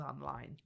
online